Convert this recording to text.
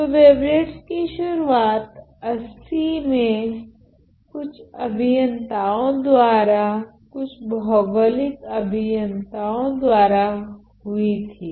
तो वेवलेट्स कि शुरुआत 80 में कुछ अभियंताओ द्वारा कुछ भौगोलिक अभियंताओ द्वारा हुई थी